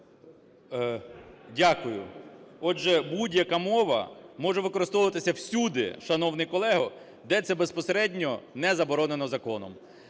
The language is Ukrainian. Дякую. Отже, будь-яка мова може використовуватися всюди, шановний колего, де це безпосередньо не заборонено законом.